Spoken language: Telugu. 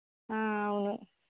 అవును